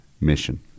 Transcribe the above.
mission